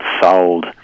sold